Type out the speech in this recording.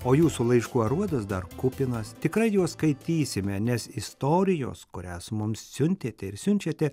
o jūsų laiškų aruodas dar kupinas tikrai juos skaitysime nes istorijos kurias mums siuntėte ir siunčiate